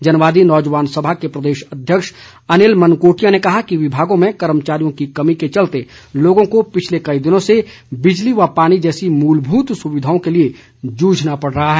जनवादी नौजवान सभा के प्रदेश अध्यक्ष अनिल मनकोटिया ने कहा कि विभागों में कर्मचारियों की कमी के चलते लोगों को पिछले कई दिनों से बिजली व पानी जैसी मूलभूत सुविधाओं के लिए जूझना पड़ रहा है